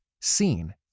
seen